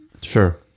Sure